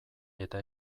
eta